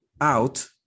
out